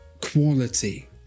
Quality